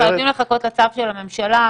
אנחנו חייבים לחכות לצו של הממשלה.